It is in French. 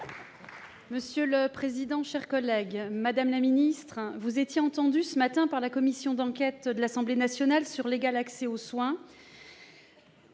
solidarités et de la santé. Madame la ministre, vous étiez entendue ce matin par la commission d'enquête de l'Assemblée nationale sur l'égal accès aux soins,